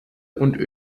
und